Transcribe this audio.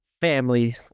family